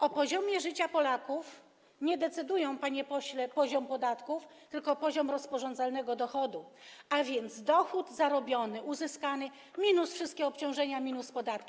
O poziomie życia Polaków nie decyduje, panie pośle, poziom podatków, tylko poziom rozporządzalnego dochodu, a więc dochód zarobiony, uzyskany minus wszystkie obciążenia, minus podatki.